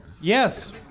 Yes